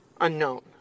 Unknown